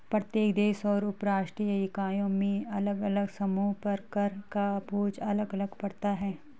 प्रत्येक देश और उपराष्ट्रीय इकाई में अलग अलग समूहों पर कर का बोझ अलग अलग पड़ता है